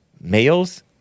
Males